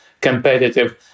competitive